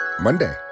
Monday